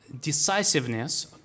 decisiveness